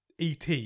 ET